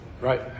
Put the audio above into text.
Right